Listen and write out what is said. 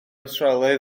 awstralia